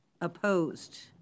opposed